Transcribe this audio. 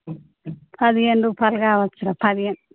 పదిహేను రుపాయలు కావచ్చురా పదిహేను